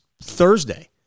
Thursday